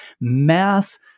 mass